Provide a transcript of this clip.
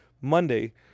Monday –